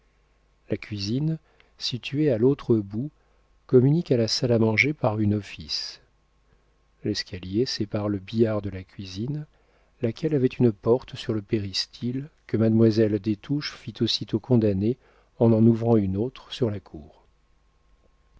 la cuisine située à l'autre bout communique à la salle à manger par une office l'escalier sépare le billard de la cuisine laquelle avait une porte sur le péristyle que mademoiselle des touches fit aussitôt condamner en en ouvrant une autre sur la cour